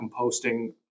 composting